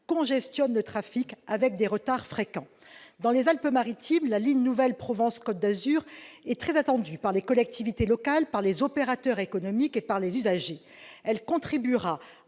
congestionnent le trafic avec des retards fréquents. Dans les Alpes-Maritimes, la ligne nouvelle Provence-Côte d'Azur est très attendue par les collectivités locales, les opérateurs économiques et les usagers. Elle contribuera à